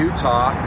Utah